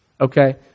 Okay